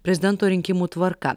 prezidento rinkimų tvarka